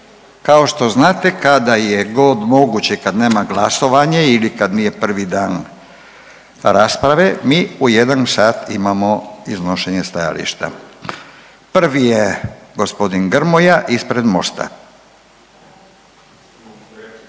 Kao što znate kada je god moguće i kad nema glasovanje ili kad nije prvi dan rasprave mi u 1 sat imamo iznošenje stajališta. **Reiner, Željko